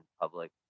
public